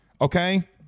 okay